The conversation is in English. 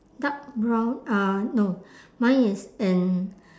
dark brown uh no mine is in